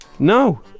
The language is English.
No